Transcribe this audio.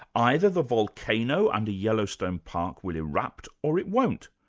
either the volcano under yellowstone park will erupt, or it won't.